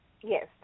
Yes